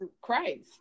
Christ